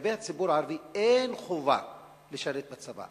לגבי הציבור הערבי אין חובה לשרת בצבא.